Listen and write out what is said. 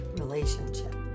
relationship